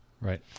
Right